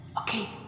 Okay